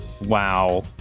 wow